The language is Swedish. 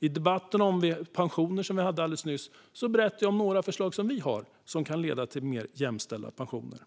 I till exempel debatten om pensioner som vi nyss hade berättade jag om några av våra förslag för mer jämställda pensioner.